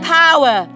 power